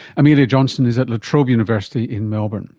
amelia johnston is at la trobe university in melbourne